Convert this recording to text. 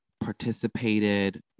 participated